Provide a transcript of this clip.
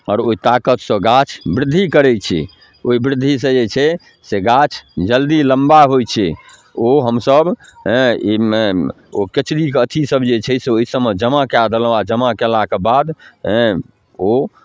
आओर ओहि ताकतसँ गाछ वृद्धि करै छै ओहि वृद्धिसँ जे छै से गाछ जल्दी लम्बा होइ छै ओ हमसभ ओ केचुलीके अथीसब जे छै से ओहिसबमे जमा कऽ देलहुँ आओर जमा कएलाके बाद ओ